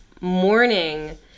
morning